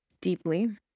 deeply